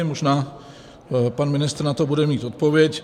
Možná pan ministr na to bude mít odpověď.